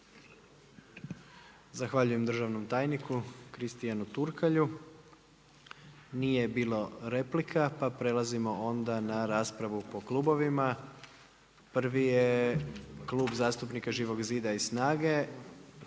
Zahvaljujem državnom tajniku Kristianu Turkalju. Nije bilo replika, pa prelazimo onda na raspravu po klubovima. Prvi je Klub zastupnika Živog zida i